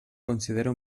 considera